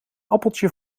appeltje